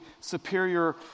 superior